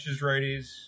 righties